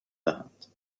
دهند